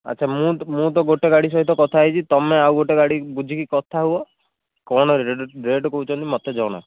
ଆଚ୍ଛା ମୁଁ ତ ମୁଁ ତ ଗୋଟେ ଗାଡ଼ି ସହିତ କଥା ହେଇଛି ତମେ ଆଉ ଗୋଟେ ଗାଡ଼ି ବୁଝିକି କଥା ହୁଅ କ'ଣ ରେଟ କହୁଛନ୍ତି ମୋତେ ଜଣା